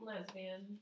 Lesbian